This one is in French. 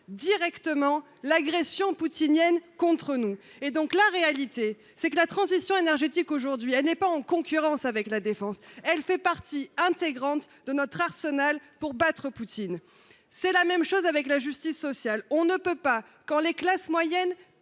directement l’agression poutinienne contre nous ! La réalité, c’est que la transition énergétique n’est pas en concurrence avec la défense : elle fait partie intégrante de notre arsenal pour battre Poutine. C’est la même chose pour la justice sociale. Quand la classe moyenne